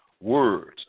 words